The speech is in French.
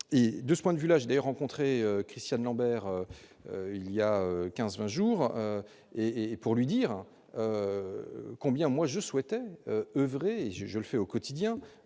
et de ce point de vue là je vais rencontrer Christiane Lambert il y a 15 jours et et pour lui dire combien moi je souhaitais oeuvrer et je le fais au quotidien